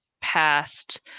past